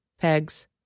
pegs